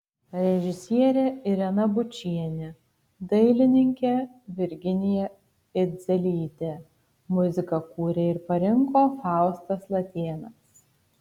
režisierė irena bučienė dailininkė virginija idzelytė muziką kūrė ir parinko faustas latėnas